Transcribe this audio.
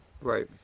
Right